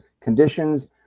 conditions